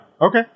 okay